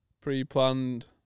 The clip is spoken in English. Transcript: pre-planned